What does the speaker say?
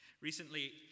Recently